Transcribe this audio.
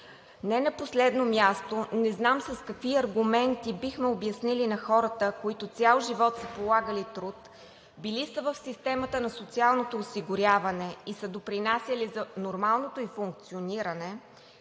Не на последно място, не знам с какви аргументи бихме обяснили на хората, които цял живот са полагали труд, били са в системата на социалното осигуряване и са допринасяли за нормалното ѝ функциониране,